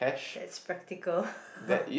that's practical